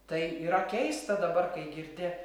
tai yra keista dabar kai girdi